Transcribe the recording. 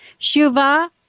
Shuvah